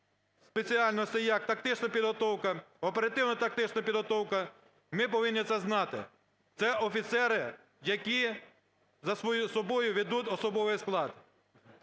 спеціальностей як тактична підготовка, оперативно-тактична підготовка. Ми повинні це знати. Це офіцери, які за собою ведуть особовий склад,